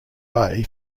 bay